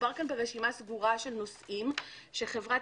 מדובר פה ברשימה סגורה של נושאים שחברת